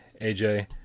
aj